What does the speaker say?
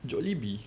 Jollibee